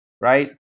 right